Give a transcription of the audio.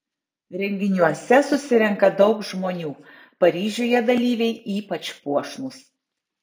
renginiuose susirenka daug žmonių paryžiuje dalyviai ypač puošnūs